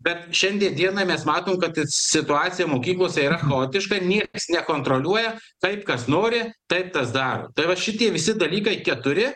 bet šiandie dienai mes matom kad situacija mokyklose yra chaotiška nieks nekontroliuoja kaip kas nori taip tas daro tai va šitie visi dalykai keturi